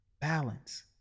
balance